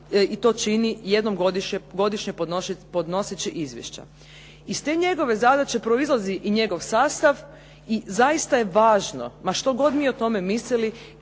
i to čini jednom godišnje podnoseći izvješća. Iz te njegove zadaće proizlazi i njegov sastav i zaista je važno, ma što god mi o tome mislili